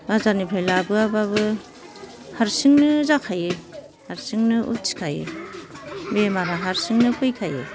बाजारनिफ्राय लाबोआबाबो हारसिंनो जाखायो हारसिंनो उथिखायो बेमारा हारसिंनो फैखायो